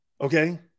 Okay